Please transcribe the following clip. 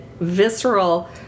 visceral